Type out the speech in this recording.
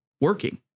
working